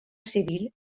civil